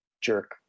jerk